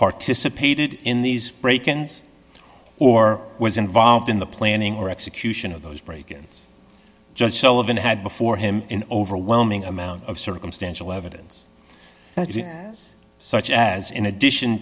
participated in these break ins or was involved in the planning or execution of those break ins judge sullivan had before him in overwhelming amount of circumstantial evidence such as in addition